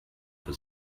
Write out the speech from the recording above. für